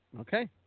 Okay